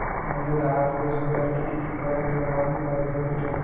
मले दहा तोळे सोन्यावर कितीक रुपया प्रमाण कर्ज भेटन?